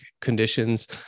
conditions